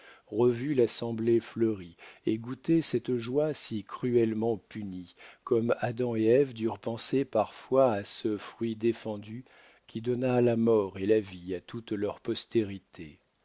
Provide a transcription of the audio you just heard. revu l'assemblée fleurie et goûté cette joie si cruellement punie comme adam et ève durent penser parfois à ce fruit défendu qui donna la mort et la vie à toute leur postérité